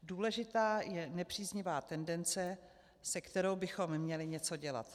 Důležitá je nepříznivá tendence, se kterou bychom měli něco dělat.